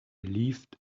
relieved